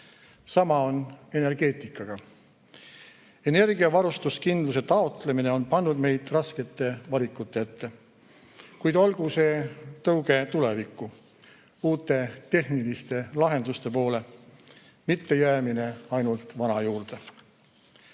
Sama on energeetikaga. Energiavarustuskindluse taotlemine on pannud meid raskete valikute ette, kuid olgu see tõuge tulevikku, uute tehniliste lahenduste poole, mitte jäämine ainult vana juurde. Teile,